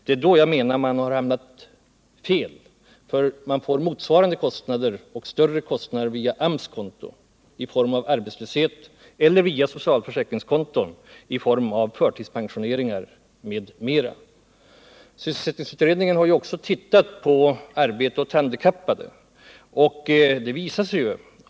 Det är då som jag menar att man har hamnat fel, eftersom man ju får betala motsvarande eller större belopp via AMS, i form av arbetslöshetsförsäkring, eller via socialförsäkring i form av förtidspensioneringar m.m. Sysselsättningsutredningen har också undersökt möjligheterna till arbete åt handikappade.